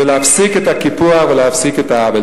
ולהפסיק את הקיפוח ולהפסיק את העוול.